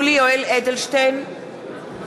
(קוראת בשמות חברי הכנסת) יולי יואל אדלשטיין,